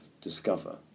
discover